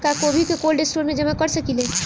क्या गोभी को कोल्ड स्टोरेज में जमा कर सकिले?